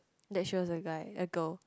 that she was a guy a girl